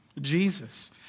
Jesus